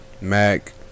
Mac